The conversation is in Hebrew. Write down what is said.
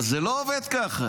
אבל זה לא עובד ככה.